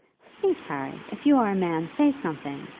speak, harry if you are a man, say something.